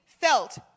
felt